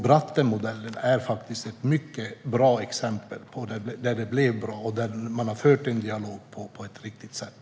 Brattenmodellen är ett mycket gott exempel där det blev bra och där man har fört en dialog på rätt sätt.